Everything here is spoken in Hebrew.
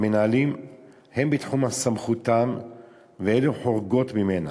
המנהלים הן בתחום סמכותם ואילו חורגות ממנה?